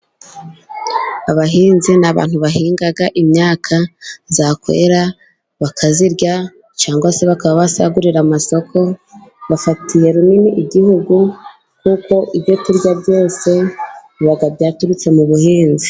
Abahinzi ni abantu bahinga imyaka, yakwera bakayirya cyangwa se bakaba basagurira amasoko. Bafatiye runini igihugu, kuko ibyo turya byose biba byaturutse mu buhinzi.